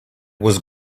was